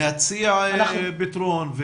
להציע, פתרון.